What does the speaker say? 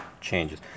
changes